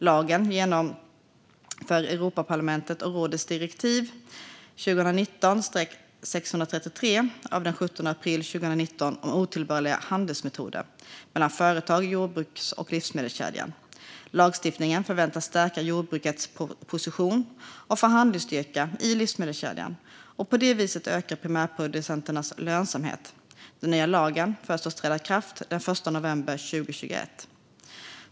Lagen genomför Europaparlamentets och rådets direktiv 2019/633 av den 17 april 2019 om otillbörliga handelsmetoder mellan företag i jordbruks och livsmedelskedjan. Lagstiftningen förväntas stärka jordbrukets position och förhandlingsstyrka i livsmedelskedjan och på det viset öka primärproducenternas lönsamhet. Den nya lagen föreslås träda i kraft den 1 november 2021.